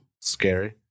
Scary